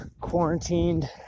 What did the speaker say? quarantined